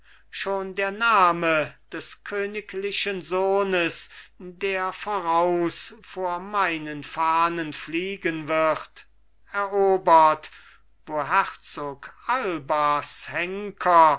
schon der name des königlichen sohnes der voraus vor meinen fahnen fliegen wird erobert wo herzog albas henker